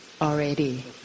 already